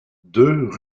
deux